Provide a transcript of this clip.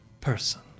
person